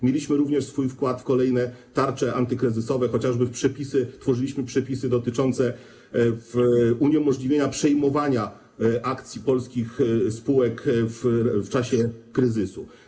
Mieliśmy również swój wkład w kolejne tarcze antykryzysowe, chociażby tworzyliśmy przepisy dotyczące uniemożliwienia przejmowania akcji polskich spółek w czasie kryzysu.